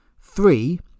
three